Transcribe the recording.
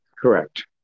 correct